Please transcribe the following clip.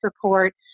support